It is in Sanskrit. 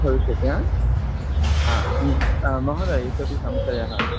भविष्यति हा महोदय इतोऽपि संशयः